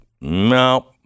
no